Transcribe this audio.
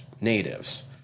natives